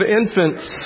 infants